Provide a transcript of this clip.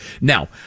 Now